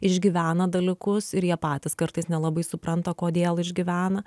išgyvena dalykus ir jie patys kartais nelabai supranta kodėl išgyvena